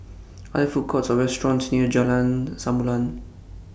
Are There Food Courts Or restaurants near Jalan Samulun